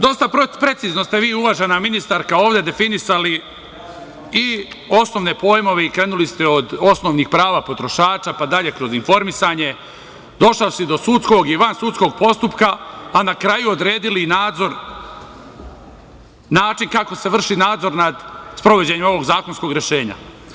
Dosta precizno ste vi, uvažena ministarka, ovde definisali i osnovne pojmove i krenuli ste od osnovnih prava potrošača, pa dalje kroz informisanje, došao si do sudskog i vansudskog postupka, a na kraju odredili nadzor, način kako se vrši nadzor nad sprovođenjem ovog zakonskog rešenja.